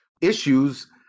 issues